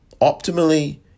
Optimally